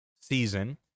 season